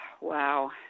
wow